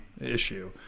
issue